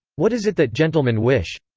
what is it that gentlemen wish?